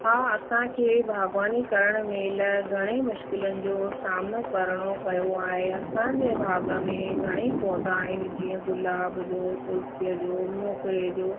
हां असांखे बाग़बानी करणु महिल घणेई मुश्किलुनि जो सामनो करिणो पयो आहे असांजे बाग़ में घणेई पौधा आहिनि जीअं गुलाब जो तुलसीअ जो मोगरे जो